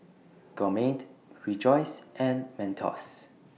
Gourmet Rejoice and Mentos